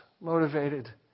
motivated